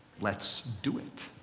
let's do it.